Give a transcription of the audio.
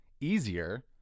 easier